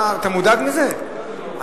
אתה מודאג מזה?